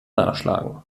nachschlagen